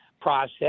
process